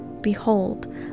Behold